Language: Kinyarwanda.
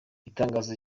itangazo